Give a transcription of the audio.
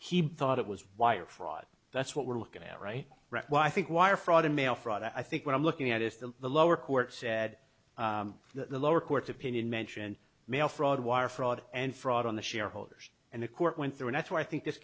he thought it was wire fraud that's what we're looking at right right well i think wire fraud and mail fraud i think what i'm looking at is that the lower court said that the lower court opinion mentioned mail fraud wire fraud and fraud on the shareholders and the court went through and that's why i think this